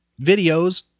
videos